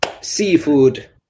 seafood